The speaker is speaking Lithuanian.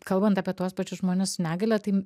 kalbant apie tuos pačius žmones su negalia tai